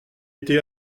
été